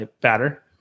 batter